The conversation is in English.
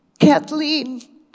Kathleen